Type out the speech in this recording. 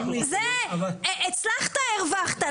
זה הצלחת, הרווחת.